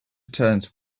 returns